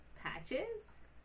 patches